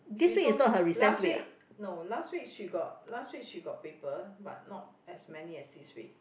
she told me last week no last week she got last week she got paper but not as many as this week